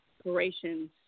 operations